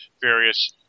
various